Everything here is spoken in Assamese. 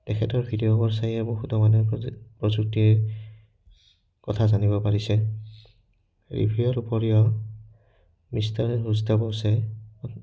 তেখেতৰ ভিডিঅ'বোৰ চায়ে বহুত মানে প্ৰ প্ৰযুক্তিৰ কথা জানিব পাৰিছে ৰিভিউৰ উপৰিও মিষ্টাৰ হুছ দ্য বছে